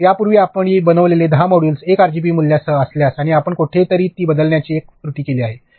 तर यापूर्वी आपली बनविलेले १० मॉड्यूल्स १ आरजीबी मूल्यासह असल्यास आणि आपण कुठेतरी ती बदलण्याची एक त्रुटी केली आहे